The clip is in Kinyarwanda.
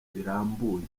birambuye